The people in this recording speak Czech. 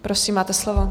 Prosím, máte slovo.